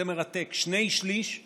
זה מרתק, שני שלישים